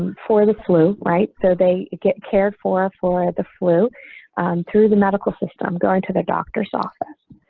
for the flu. right, so they get cared for, for the flu through the medical system going to the doctor's office.